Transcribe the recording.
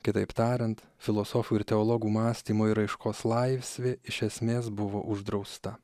kitaip tariant filosofų ir teologų mąstymo ir raiškos laisvė iš esmės buvo uždrausta